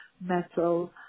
metal